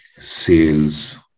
sales